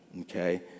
okay